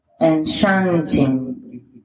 enchanting